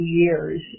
years